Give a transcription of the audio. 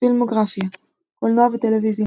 פילמוגרפיה קולנוע וטלוויזיה